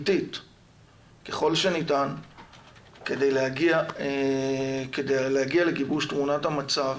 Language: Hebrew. ככל שניתן כדי להגיע לגיבוש תמונת המצב